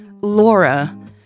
Laura